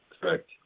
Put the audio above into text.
Correct